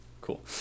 cool